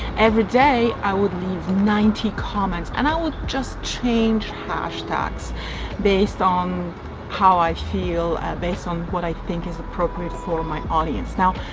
every day i would leave ninety comments. and i would just change hashtags based on how i feel, based on what i think is appropriate for my audience. now,